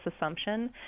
assumption